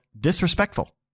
disrespectful